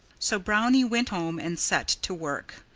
so brownie went home and set to work.